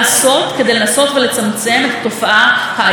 אי-אפשר להתייחס לכל אחת מהן כאל עוד מספר,